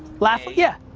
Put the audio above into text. laff, yeah.